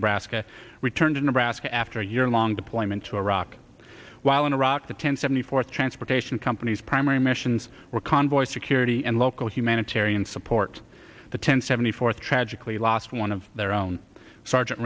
the brassica return to nebraska after a yearlong deployment to iraq while in iraq the ten seventy fourth transportation companies primary missions were convoy security and local humanitarian support the ten seventy fourth tragically lost one of their own sergeant